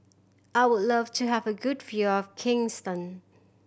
I would love to have a good view of Kingston